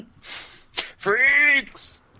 Freaks